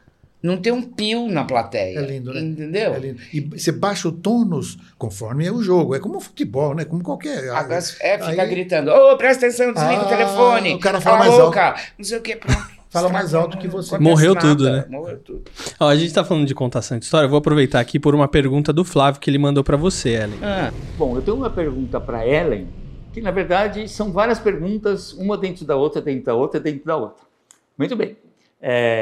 Não tem um pio na plateia, É lindo, né? entendeu? É lindo. E você baixa o tônus conforme é o jogo. É como futebol, né? Como qualquer, Agora é, é, fica aí- gritando, "Ô, presta atenção, desliga o Ah, telefone, o cara fala cala a mais alto. boca", não sei o quê, pronto. Fala Estraga, mais alto que você. acontece Morreu tudo, nada, né? morreu tudo. Ó, a gente tá falando de contação de história, eu vou aproveitar aqui por uma pergunta do Flávio que ele mandou pra você, Ellen. Ah, bom, eu tenho uma pergunta pra Ellen, que, na verdade, são várias perguntas, uma dentro da outra, dentro da outra, dentro da outra. Muito bem. É,